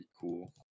cool